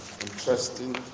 interesting